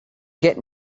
get